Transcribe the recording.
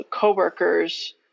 co-workers